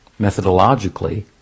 methodologically